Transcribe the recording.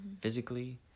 physically